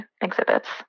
exhibits